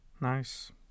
nice